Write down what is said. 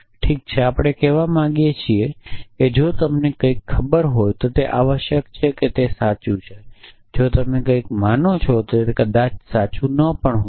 ઠીક છે આપણે કહેવા માંગીએ છીએ કે જો તમને કંઈક ખબર હોય તો તે આવશ્યક છે તે સાચું છે જો તમે કંઈક માનો છો તો તે કદાચ સાચું ન પણ હોય